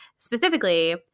specifically